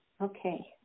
Okay